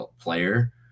player